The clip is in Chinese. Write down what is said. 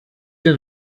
政府